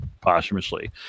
posthumously